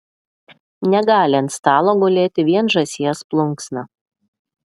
negali ant stalo gulėti vien žąsies plunksna